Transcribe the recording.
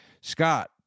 Scott